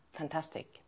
Fantastic